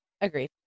Agreed